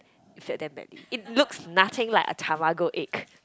it failed damn badly it looks nothing like a Tamago egg